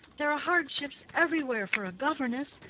there are hardships everywhere for a governess.